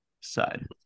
side